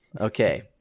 Okay